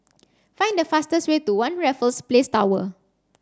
find the fastest way to One Raffles Place Tower